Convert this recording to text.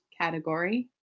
category